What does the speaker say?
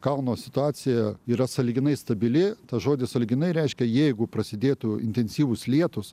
kalno situacija yra sąlyginai stabili tas žodis sąlyginai reiškia jeigu prasidėtų intensyvūs lietūs